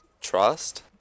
trust